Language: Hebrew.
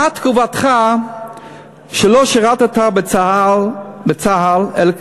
מה תגובתך שלא שירתָּ בצה"ל אלא,